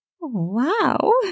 Wow